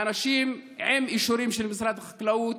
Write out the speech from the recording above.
האנשים עם אישורים של משרד החקלאות,